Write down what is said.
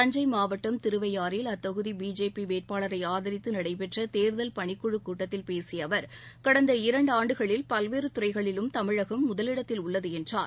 தஞ்சை மாவட்டம் திருவையாறில் அத்தொகுதி பிஜேபி வேட்பாளரை ஆரித்து நடைபெற்ற தேர்தல் பணிக்குழு கூட்டத்தில் பேசிய அவர் கடந்த இரண்டாண்டுகளில் பல்வேறு துறைகளிலும் தமிழகம் முதலிடத்தில் உள்ளது என்றார்